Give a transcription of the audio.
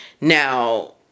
Now